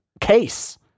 case